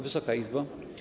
Wysoka Izbo!